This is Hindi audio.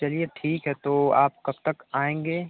चलिए ठीक है तो आप कब तक आएँगे